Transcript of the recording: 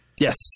Yes